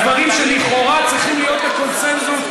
על דברים שלכאורה צריכים להיות הקונסנזוס.